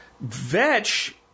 Vetch